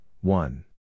one